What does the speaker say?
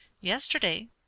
Yesterday